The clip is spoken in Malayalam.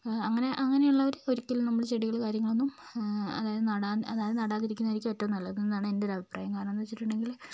അങ്ങനെ അങ്ങനെയുള്ളവര് ഒരിക്കലും നമ്മള് ചെടികള് കാര്യങ്ങളൊന്നും അതായത് നടാൻ അതായത് നടാതിരിക്കുന്നതായിരിക്കും ഏറ്റവും നല്ലത് എന്നാണ് എൻറ്റൊരഭിപ്രായം കരണമെന്നുവെച്ചിട്ടുണ്ടെങ്കില്